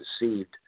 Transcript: deceived